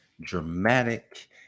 dramatic